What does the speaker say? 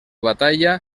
batalla